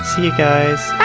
see you guys!